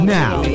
now